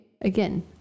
Again